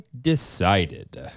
decided